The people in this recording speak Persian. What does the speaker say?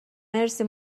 مرسی